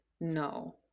no